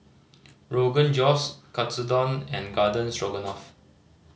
Rogan Josh Katsudon and Garden Stroganoff